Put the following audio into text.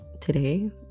today